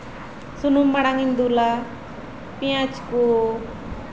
ᱥᱩᱱᱩᱢ ᱢᱟᱲᱟᱝ ᱤᱧ ᱫᱩᱞᱟ